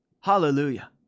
Hallelujah